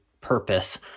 purpose